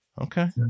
Okay